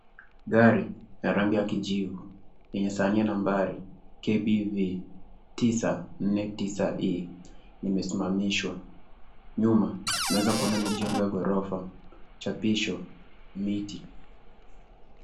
Gari ya rangi ya kijivu. Yenye sahani ya nambari KBV 949E limesimamishwa. Nyuma, uneza kuona mijengo ya gorofa, chapisho, miti.